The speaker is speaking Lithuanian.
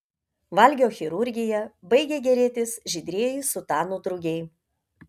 valgio chirurgija baigė gėrėtis žydrieji sutanų drugiai